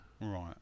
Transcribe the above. Right